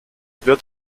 wird